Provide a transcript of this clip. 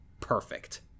perfect